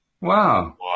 Wow